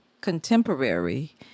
contemporary